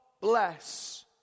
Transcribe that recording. bless